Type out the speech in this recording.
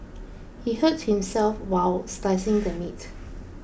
he hurt himself while slicing the meat